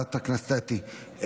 חברת הכנסת אתי.